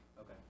Okay